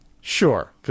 Sure